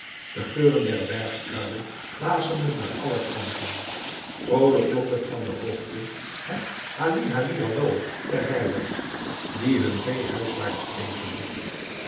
de geuren der bergkruiden wasemden naar alle kanten vroolijk klonk van de hoogten het halli halli hallo der herders die hun vee huiswaarts dreven